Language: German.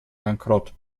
bankrott